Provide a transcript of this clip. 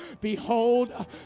behold